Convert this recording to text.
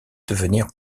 devenir